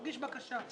להגיש בקשה,